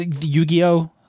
Yu-Gi-Oh